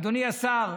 אדוני השר,